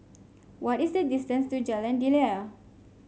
what is the distance to Jalan Daliah